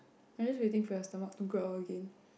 I'm just waiting for your stomach to growl again